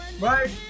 Right